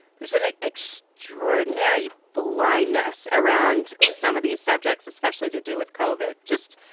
there's an extraordinary blindness around some of these subjects, especially to do with kov. it just,